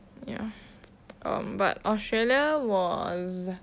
ya um but australia was